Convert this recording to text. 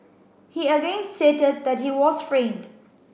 he again stated that he was framed